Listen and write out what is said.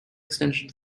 extension